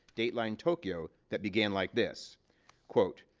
dateline tokyo, that began like this quote,